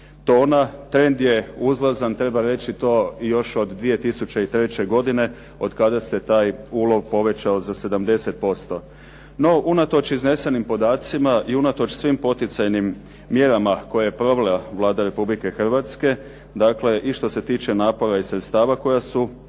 Trend je uzlazan, treba reći to, još od 2003. godine otkada se taj ulov povećao za 70%. No unatoč iznesenim podacima i unatoč svim poticajnim mjerama koje je provela Vlada Republike Hrvatske, dakle i što se tiče napora i sredstava koja su